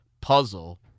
puzzle